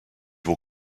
will